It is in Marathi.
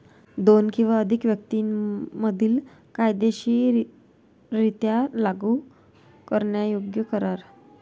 दोन किंवा अधिक व्यक्तीं मधील कायदेशीररित्या लागू करण्यायोग्य करार